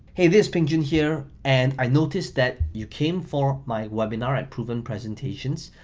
hey, this's peng joon here and i noticed that you came for my webinar and proven presentations,